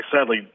sadly